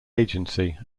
agency